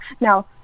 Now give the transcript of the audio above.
Now